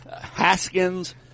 Haskins